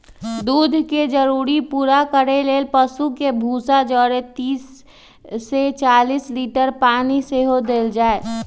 दूध के जरूरी पूरा करे लेल पशु के भूसा जौरे तीस से चालीस लीटर पानी सेहो देल जाय